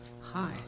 Hi